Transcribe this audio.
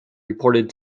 reported